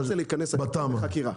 אני לא רוצה להיכנס לתיקים בחקירה.